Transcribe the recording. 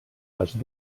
les